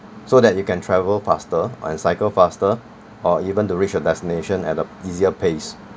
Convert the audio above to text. so that you can travel faster and cycle faster or even to reach your destination at the easier pace